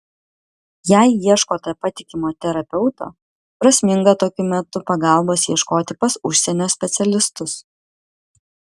jei ieškote patikimo terapeuto prasminga tokiu metu pagalbos ieškoti pas užsienio specialistus